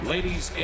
Ladies